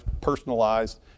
personalized